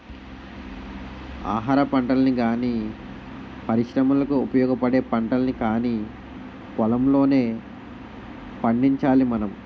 ఆహారపంటల్ని గానీ, పరిశ్రమలకు ఉపయోగపడే పంటల్ని కానీ పొలంలోనే పండించాలి మనం